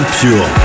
Pure